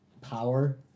power